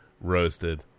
Roasted